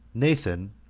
nathan,